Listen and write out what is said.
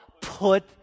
Put